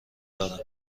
دارم